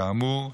כאמור: